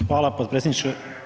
Hvala potpredsjedniče.